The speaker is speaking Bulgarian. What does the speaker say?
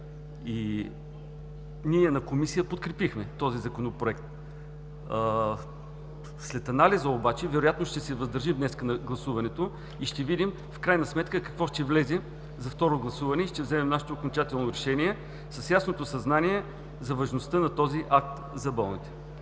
и ние на Комисия подкрепихме този законопроект. След анализа вероятно ще се въздържим днес на гласуването и ще видим в крайна сметка какво ще влезе за второ гласуване и ще вземем нашето окончателно решение с ясното съзнание за важността на този акт за болните.